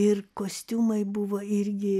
ir kostiumai buvo irgi